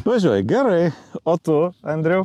važiuoji gerai o tu andriau